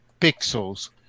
pixels